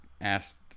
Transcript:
asked